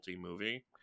movie